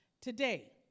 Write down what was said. today